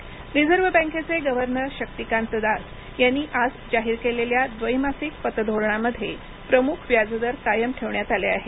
पतधोरण रिझर्व बँकेचे गव्हर्नर शक्तीकांत दास यांनी आज जाहीर केलेल्या द्वैमासिक पतधोरणामध्ये प्रमुख व्याजदर कायम ठेवण्यात आले आहेत